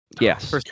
Yes